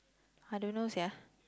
I don't know sia